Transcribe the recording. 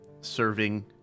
serving